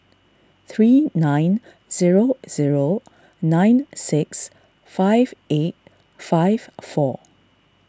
three nine zero zero nine six five eight five four